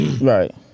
Right